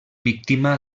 víctima